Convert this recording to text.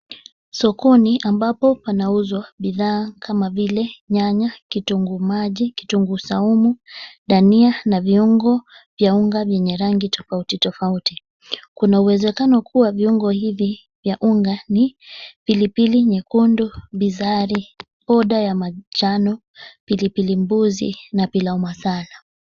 Sokoni ambapo panauzwa bidhaa kama vile nyanya, kitunguu maji, kitunguu saumu, dania na viungo vya unga vyenye rangi tofauti tofauti. Kuna uwezekano kuwa viungo hivi vya unga ni pilipili nyekundu, bizari, poda ya manjano, pilipili mbuzi na pilau masala.